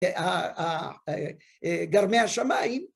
‫הגרמי השמיים.